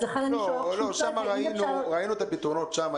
לכן אני שואלת אם אפשר --- ראינו את הפתרונות שם.